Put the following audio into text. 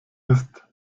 ist